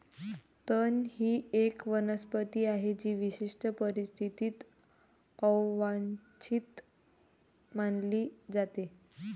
तण ही एक वनस्पती आहे जी विशिष्ट परिस्थितीत अवांछित मानली जाते